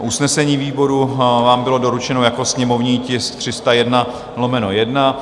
Usnesení výboru vám bylo doručeno jako sněmovní tisk 301/1.